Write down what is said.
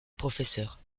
professeur